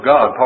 God